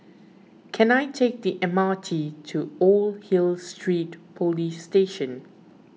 can I take the M R T to Old Hill Street Police Station